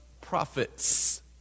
prophets